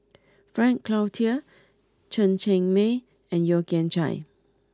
Frank Cloutier Chen Cheng Mei and Yeo Kian Chye